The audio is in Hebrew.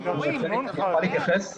אפשר להתייחס?